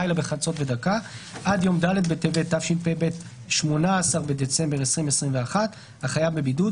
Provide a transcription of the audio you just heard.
עד יום ד' בטבת התשפ"ב (18 בדצמבר 2021) החייב בבידוד,